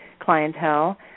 clientele